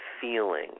feeling